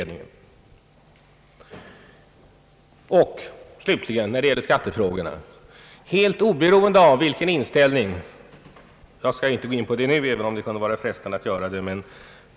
Dessutom kommer dessa frågor upp i företagsskatteberedningen.